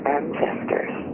ancestors